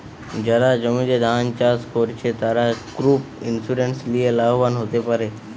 যারা জমিতে ধান চাষ কোরছে, তারা ক্রপ ইন্সুরেন্স লিয়ে লাভবান হোতে পারে